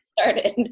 started